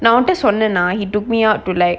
நா ஒன்ட சொன்னனா:na onta sonnana he took me out to like